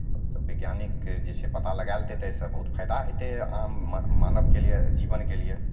तऽ वैज्ञानिक जे छै पता लगा लेतै तऽ एहिसँ बहुत फाइदा हेतै आम मान मानवके लिए जीवनके लिए